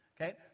Okay